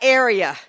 area